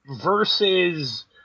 versus